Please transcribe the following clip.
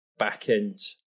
backend